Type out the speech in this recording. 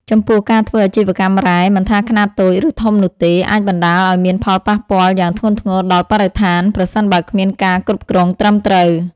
ចំពោះការធ្វើអាជីវកម្មរ៉ែ មិនថាខ្នាតតូច ឬធំនោះទេ អាចបណ្ដាលឲ្យមានផលប៉ះពាល់យ៉ាងធ្ងន់ធ្ងរដល់បរិស្ថាន ប្រសិនបើគ្មានការគ្រប់គ្រងត្រឹមត្រូវ។